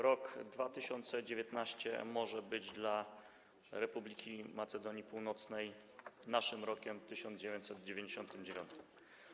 Rok 2019 może być dla Republiki Macedonii Północnej naszym rokiem 1999.